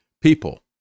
people